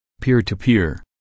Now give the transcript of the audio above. peer-to-peer